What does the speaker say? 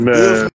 Man